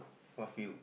what few